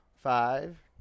Five